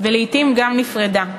ולעתים גם נפרדה.